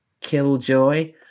killjoy